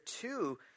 two